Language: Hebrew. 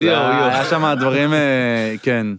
היה שם דברים... כן.